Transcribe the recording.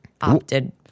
opted